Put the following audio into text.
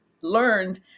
learned